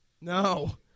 No